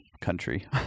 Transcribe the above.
country